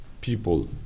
people